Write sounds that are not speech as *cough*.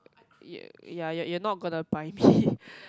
ya ya you're you're not gonna buy me *breath*